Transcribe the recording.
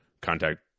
contact